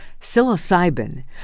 psilocybin